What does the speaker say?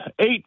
eight